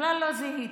בכלל לא זיהיתי.